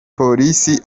polisi